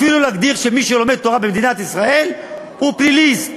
אפילו להגדיר שמי שלומד תורה במדינת ישראל הוא פליליסט.